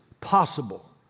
possible